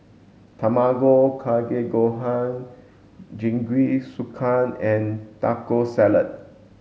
Tamago Kake Gohan Jingisukan and Taco Salad